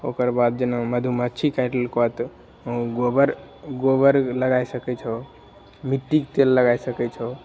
ओकर बाद जेना मधुमक्खी काटि लेलको तऽ गोबर गोबर लगाए सकै छहो मिट्टीके तेल लगाए सकै छहो